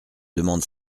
demande